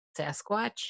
sasquatch